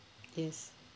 yes